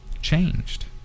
changed